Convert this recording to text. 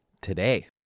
today